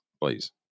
please